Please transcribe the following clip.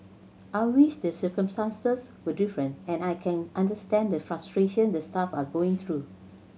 I wish the circumstances were different and I can understand the frustration the staff are going through